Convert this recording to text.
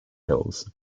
hills